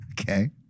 Okay